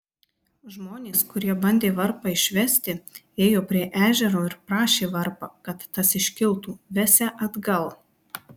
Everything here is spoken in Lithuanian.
žmonės kurie bandė varpą išvesti ėjo prie ežero ir prašė varpą kad tas iškiltų vesią atgal